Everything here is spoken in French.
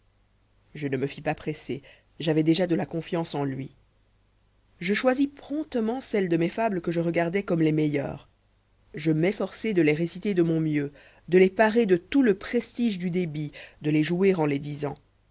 je ne me fis pas presser j'avois déjà de la confiance enlui je choisis promptement celles de mes fables que je regardois comme les meilleures je m'efi'orçai de les réciter de mon mieux de iés parer de tout le prestige du débit de les jouer en les disan